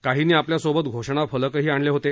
काहींनी आपल्या सोबत घोषणा फलकही आणले होते